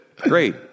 great